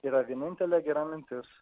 yra vienintelė gera mintis